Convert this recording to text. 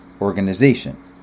organization